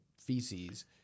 feces